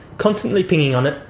constantly pinging on it,